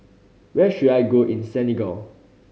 where should I go in Senegal